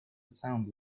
sound